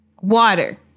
water